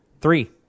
Three